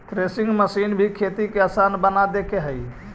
threshing machine भी खेती के आसान बना देके हइ